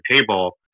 table